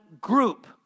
group